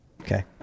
Okay